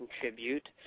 contribute